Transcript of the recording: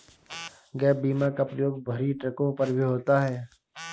gap बीमा का प्रयोग भरी ट्रकों पर भी होता है